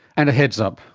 and a heads up,